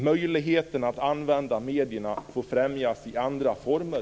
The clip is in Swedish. Möjligheter att använda medierna får främjas i andra former."